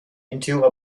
into